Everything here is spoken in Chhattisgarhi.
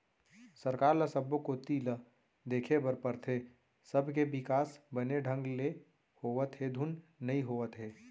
सरकार ल सब्बो कोती ल देखे बर परथे, सबके बिकास बने ढंग ले होवत हे धुन नई होवत हे